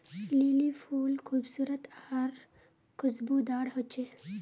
lily फुल खूबसूरत आर खुशबूदार होचे